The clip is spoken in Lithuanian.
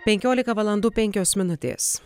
penkiolika valandų penkios minutės